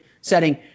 setting